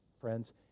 friends